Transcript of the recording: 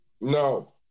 no